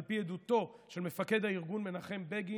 על פי עדותו של מפקד הארגון מנחם בגין,